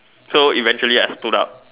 so eventually I stood up